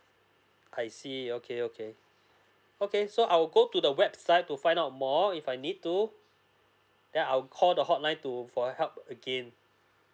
I see okay okay okay so I will go to the website to find out more if I need to then I'll call the hotline to for help again